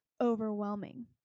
overwhelming